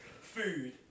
food